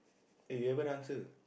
eh you haven't answer